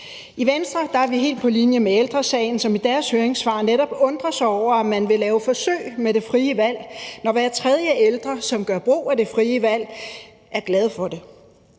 I Venstre er vi helt på linje med Ældre Sagen, som i deres høringssvar netop undrer sig over, at man vil lave forsøg med det frie valg, når hver tredje ældre, som gør brug af det frie valg, er glade for det.